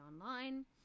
online